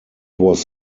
was